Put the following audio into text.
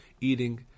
eating